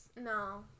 No